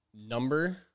number